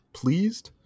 pleased